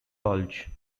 bulge